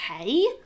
okay